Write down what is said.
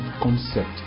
concept